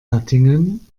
hattingen